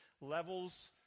levels